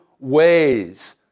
ways